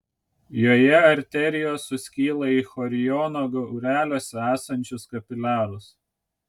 joje arterijos suskyla į choriono gaureliuose esančius kapiliarus